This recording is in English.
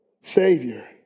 Savior